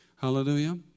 Hallelujah